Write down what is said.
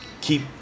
Keep